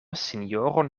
sinjoron